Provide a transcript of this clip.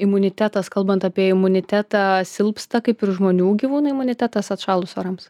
imunitetas kalbant apie imunitetą silpsta kaip ir žmonių gyvūnų imunitetas atšalus orams